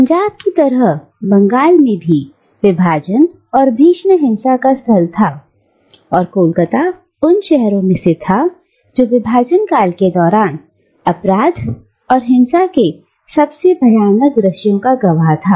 पंजाब की तरह बंगाल भी विभाजन और भीषण हिंसा का स्थल था और कोलकाता उन शहरों में से एक था जो विभाजन काल के दौरान अपराध और हिंसा के सबसे भयानक दृश्यों का गवाह था